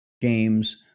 games